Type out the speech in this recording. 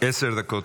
החוקה,